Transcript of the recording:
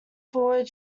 forward